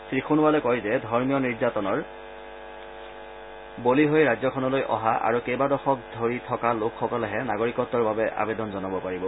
শ্ৰীসোণোৱালে কয় যে ধৰ্মীয় নিৰ্যাতনৰ বলি হৈ ৰাজ্যখনলৈ অহা আৰু কেইবা দশক ধৰি থকা লোকসকলেহে নাগৰিকত্বৰ বাবে আৱেদন জনাব পাৰিব